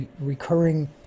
recurring